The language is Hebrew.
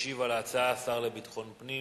ישיב על ההצעה השר לביטחון פנים,